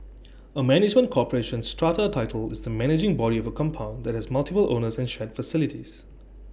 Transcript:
A management corporation strata title is the managing body of A compound that has multiple owners and shared facilities